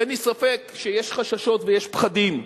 אין לי ספק שיש חששות ויש פחדים.